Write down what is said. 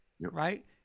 Right